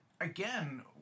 Again